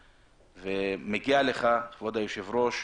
בעניין הזה מגיעה לך, אדוני היושב-ראש,